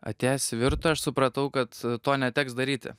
atėjęs į virtuę aš supratau kad to neteks daryti